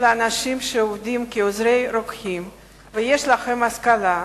לאנשים שעובדים כעוזרי רוקחים ויש להם השכלה,